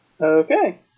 Okay